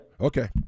Okay